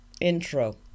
Intro